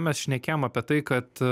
mes šnekėjom apie tai kad